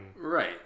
Right